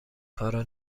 کارا